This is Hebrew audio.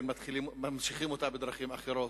שממשיכים אותה בדרכים אחרות.